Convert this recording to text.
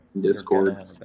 discord